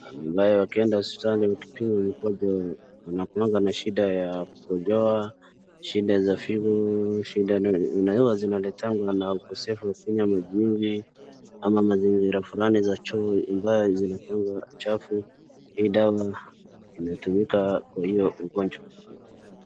ambaye wakienda hospitali mkipima mkojo wanakuwanga na shida ya kukojoa, shida za figo, na huwa zinaletwanga na ukosefu wa kunywa maji mingi ama mazingira fulani za choo, ambayo zinakuwanga chafu, hii dawa inatumika kwa hiyo ugonjwa.